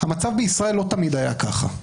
המצב בישראל לא תמיד היה ככה.